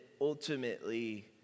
ultimately